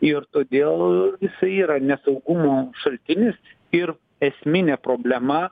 ir todėl jisai yra nesaugumo šaltinis ir esminė problema